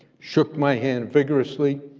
shook my hand vigorously,